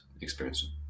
experience